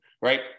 right